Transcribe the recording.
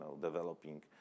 developing